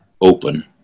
open